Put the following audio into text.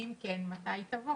אם כן, מתי היא תבוא?